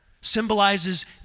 symbolizes